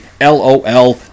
LOL